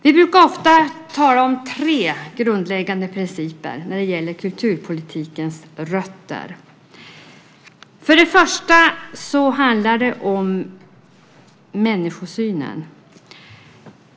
Vi brukar ofta tala om tre grundläggande principer när det gäller kulturpolitikens rötter. För det första handlar det om människosynen.